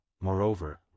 Moreover